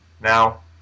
now